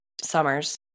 summers